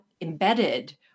embedded